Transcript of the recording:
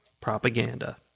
propaganda